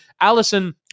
Allison